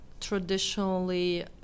traditionally